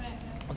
right right